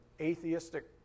atheistic